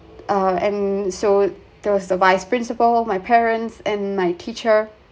uh and so there was a vice principal my parents and my teacher